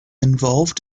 involved